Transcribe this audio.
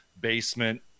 basement